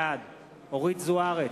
בעד אורית זוארץ,